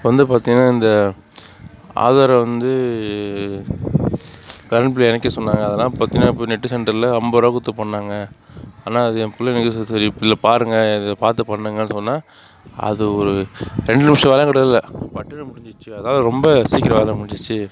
வந்து பாத்திங்கன்னா இந்த ஆதார வந்து கரண்ட்ல இணைக்க சொன்னாங்க அதெல்லாம் பாத்திங்கன்னா நெட்டு சென்டர்ல அம்பது ரூவா குடுத்து பண்ணாங்க ஆனா அது என் புள்ள ஈஸியா இதுல பாருங்க இத பாத்து பண்ணுங்கன்னு சொன்னான் அது ஒரு ரெண்டு நிமிஷ வேலக்கூட இல்ல பட்டுன்னு முடிஞ்சிருச்சி அதாவது ரொம்ப சீக்கிரம் வேல முடிஞ்சிடுச்சு